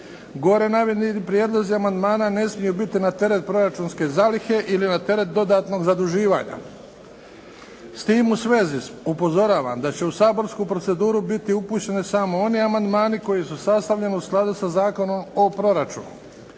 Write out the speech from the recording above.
Gore navedeni prijedlozi amandmana ne smiju biti na teret proračunske zalihe i na teret dodatnog zaduživanja. S tim u svezi upozoravam da će u saborsku proceduru biti upućeni samo oni amandmani koji su sastavljeni u skladu sa Zakonom o proračunu.